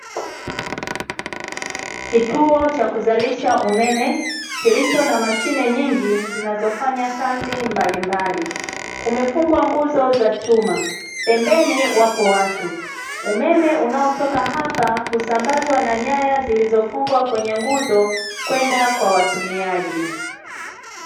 Kituo cha kuzalisha umeme kilicho na mashine nyingi zinazofanya kazi mbalimbali. Kumefungwa nguzo za chuma, pembeni wapo watu. Umeme unaotoka hapa husambazwa na nyaya zilizofungwa kwenye nguzo kwenda kwa watumiaji.